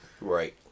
right